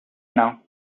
now